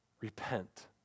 repent